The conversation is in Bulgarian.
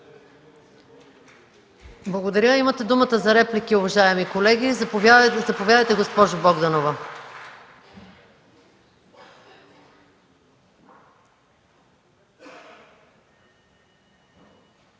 Благодаря. Имате думата за реплики, уважаеми колеги. Заповядайте, госпожо Богданова.